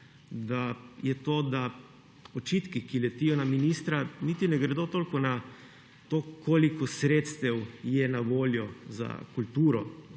je to, da očitki, ki letijo na ministra, niti ne gredo toliko na to, koliko sredstev je na voljo za kulturo.